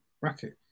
bracket